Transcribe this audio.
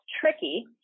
tricky